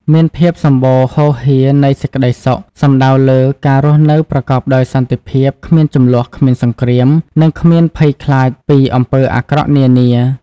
មានភាពសម្បូរហូរហៀរនៃសេចក្ដីសុខ សំដៅលលើការរស់នៅប្រកបដោយសន្តិភាព គ្មានជម្លោះ គ្មានសង្គ្រាម និងគ្មានភ័យខ្លាចពីអំពើអាក្រក់នានា។